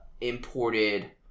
imported